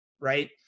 right